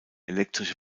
elektrische